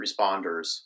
responders